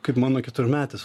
kaip mano keturmetis